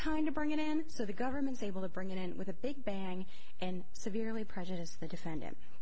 kind of bring it in so the government's able to bring it with a big bang and severely prejudice the defendant